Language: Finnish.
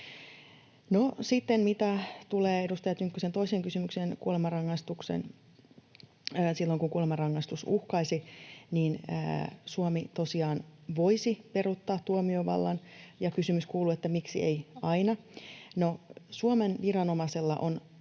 kautta. Mitä tulee edustaja Tynkkysen toiseen kysymykseen, kysymykseen kuolemanrangaistuksesta: silloin kun kuolemanrangaistus uhkaisi, niin Suomi tosiaan voisi peruuttaa tuomiovallan, ja kysymys kuuluu, että miksi ei aina. No, Suomen viranomaisella on